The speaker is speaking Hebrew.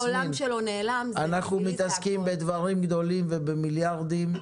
העולם שלו נעלם --- אנחנו מתעסקים בדברים גדולים ובמיליארדים,